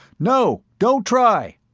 no, don't try!